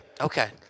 Okay